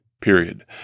period